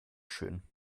schön